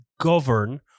govern